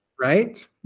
right